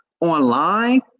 online